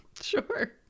sure